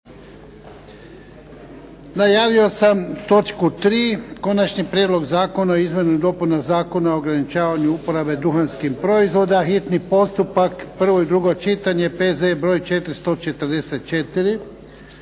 Najavio sam točku 3. Konačni prijedlog Zakona o izmjenama i dopunama Zakona o ograničavanju uporabe duhanskih proizvoda, hitni postupak, prvo i drugo čitanje, P.Z.E. br. 444.